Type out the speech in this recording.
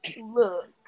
look